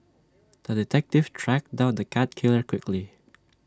the detective tracked down the cat killer quickly